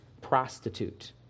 prostitute